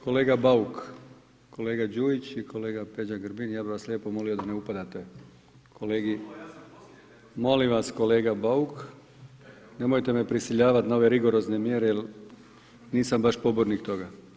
Kolega Bauk, kolega Đujić i kolega Peđa Grbin, ja bih vas lijepo molio da ne upadate kolegi… ... [[Upadica: ne čuje se.]] Molim vas kolega Bauk, nemojte me prisiljavati na ove rigorozne mjere jer nisam baš pobornik toga.